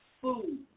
food